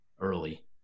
early